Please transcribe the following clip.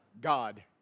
God